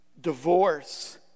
divorce